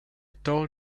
told